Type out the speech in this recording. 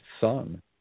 son